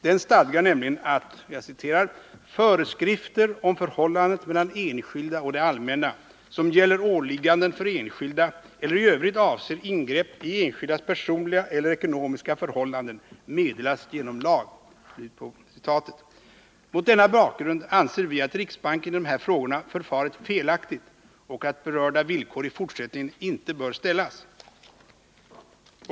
Denna stadgar nämligen följande: ”Föreskrifter om förhållandet mellan enskilda och det allmänna, som gäller åligganden för enskilda eller i övrigt avser ingrepp i enskildas personliga eller ekonomiska förhållanden, meddelas genom lag.” Mot denna bakgrund anser vi att riksbanken i de här frågorna förfarit felaktigt och att berörda villkor i fortsättningen inte bör ställas.